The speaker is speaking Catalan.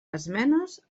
esmenes